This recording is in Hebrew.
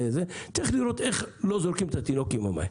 צריך לראות איך לא שופכים את התינוק עם המים.